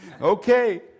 okay